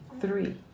three